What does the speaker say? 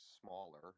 smaller